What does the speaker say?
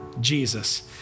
Jesus